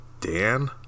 Dan